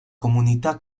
comunità